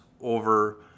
over